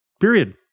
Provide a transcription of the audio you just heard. period